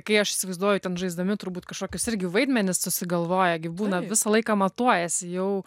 kai aš įsivaizduoju ten žaisdami turbūt kašokius irgi vaidmenis susigalvoja gi būna visą laiką matuojasi jau